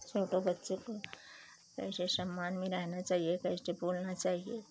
छोटो बच्चों को कैसे सम्मान में रहना चाहिए कैसे बोलना चाहिए